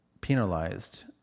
penalized